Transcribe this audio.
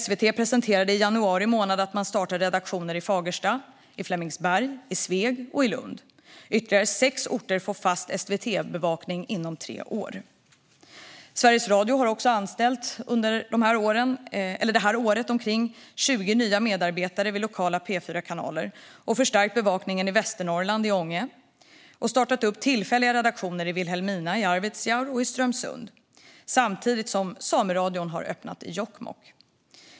SVT berättade i januari månad att man startar redaktioner i Fagersta, Flemingsberg, Sveg och Lund. Ytterligare sex orter får fast SVT-bevakning inom tre år. Sveriges Radio har under det här året anställt omkring 20 nya medarbetare vid lokala P4-kanaler och förstärkt bevakningen i Västernorrland, i Ånge. Och man har startat tillfälliga redaktioner i Vilhelmina, Arvidsjaur och Strömsund. Samtidigt har Sameradion öppnat i Jokkmokk.